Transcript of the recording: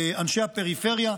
אנשי הפריפריה,